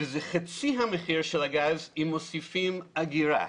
וזה חצי מהמחיר של הגז אם מוסיפים אגירה.